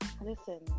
Listen